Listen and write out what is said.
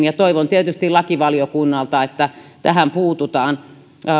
ja toivon tietysti lakivaliokunnalta että tähän puututaan